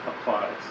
applies